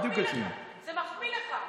אל, זה מחמיא לך.